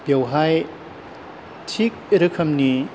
बेवहाय थिग रोखोमनि